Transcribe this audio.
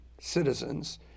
citizens